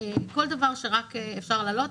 כל דבר שרק להעלות,